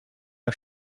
nog